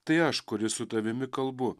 tai aš kuris su tavimi kalbu